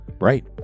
Right